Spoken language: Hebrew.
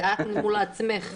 זה את מול עצמך.